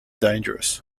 dangerous